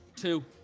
Two